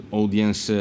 audience